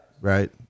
right